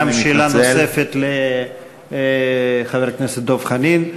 שאלה נוספת לחבר הכנסת דב חנין.